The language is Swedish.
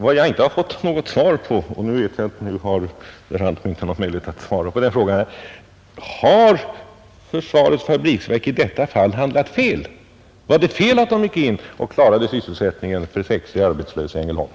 Vad jag inte har fått något svar på — och nu vet jag att herr Antby inte har möjlighet att svara på den frågan — är om försvarets fabriksverk i detta fall har handlat fel. Var det fel att verket gick in och klarade sysselsättningen för 60 arbetslösa i Ängelholm?